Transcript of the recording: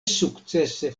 sukcese